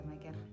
again